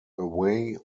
away